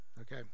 Okay